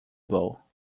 bow